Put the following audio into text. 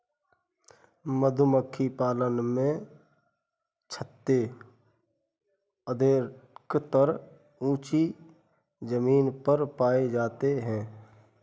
मधुमक्खी पालन में छत्ते अधिकतर ऊँची जमीन पर पाए जाते हैं